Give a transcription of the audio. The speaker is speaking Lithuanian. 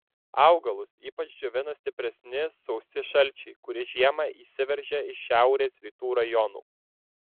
augalus ypač džiovina stipresni sausi šalčiai kurie žiemą įsiveržia iš šiaurės rytų rajonų